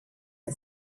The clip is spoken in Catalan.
que